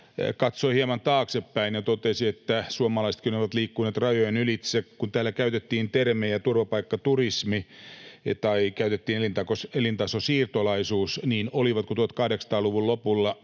katsoi hieman taaksepäin ja totesi, että suomalaisetkin ovat liikkuneet rajojen ylitse. Kun täällä käytettiin termejä turvapaikkaturismi tai elintasosiirtolaisuus, niin olivatko 1800-luvun lopulla